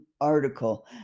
article